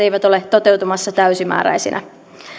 toteutumassa täysimääräisinä